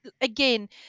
Again